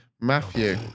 Matthew